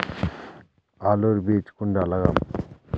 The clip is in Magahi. आलूर बीज कुंडा लगाम?